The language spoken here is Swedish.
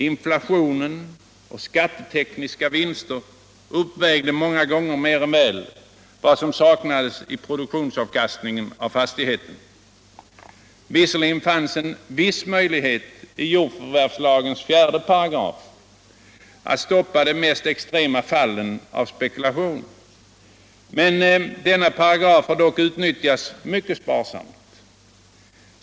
Inflationen och skattetekniska vinster uppvägde många gånger mer än väl vad som saknades i produktionsavkastningen-av fastigheten. Visserligen fanns en viss möjlighet i jordförvärvslagens 4 X att stoppa de mest cextrema fallen av spekulation, men denna paragraf har utnyttjats mycket sparsamt.